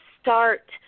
start